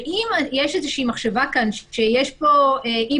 ואם יש איזושהי מחשבה כאן שיש פה אי